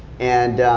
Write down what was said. and,